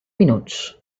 minuts